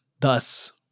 Thus